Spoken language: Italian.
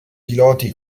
piloti